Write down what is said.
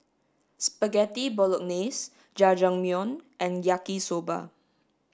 spaghetti bolognese Jajangmyeon and yaki soba